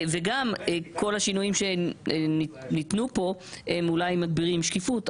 וגם כל השינויים שניתנו פה הם אולי מגבירים שקיפות,